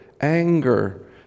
anger